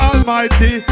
Almighty